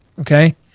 Okay